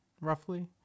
roughly